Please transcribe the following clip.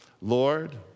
Lord